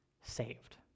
saved